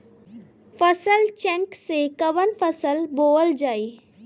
फसल चेकं से कवन फसल बोवल जाई?